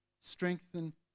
strengthen